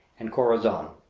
and corazon,